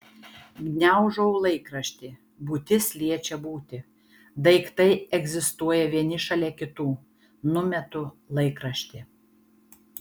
gniaužau laikraštį būtis liečia būtį daiktai egzistuoja vieni šalia kitų numetu laikraštį